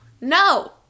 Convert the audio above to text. no